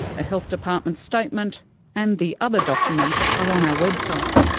a health department statement and the other documents are on our website.